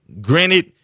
Granted